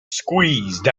squeezed